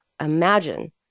imagine